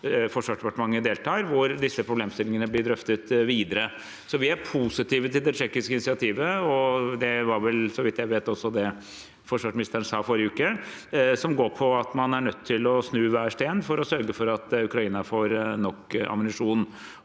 Forsvarsdepartementet, og hvor disse problemstillingene blir drøftet videre. Vi er positive til det tsjekkiske initiativet, og det var vel, så vidt jeg vet, også det forsvarsministeren sa forrige uke. Man er nødt til å snu hver stein for å sørge for at Ukraina får nok ammunisjon.